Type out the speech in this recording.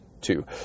two